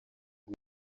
ngo